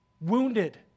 wounded